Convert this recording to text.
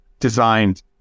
designed